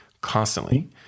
constantly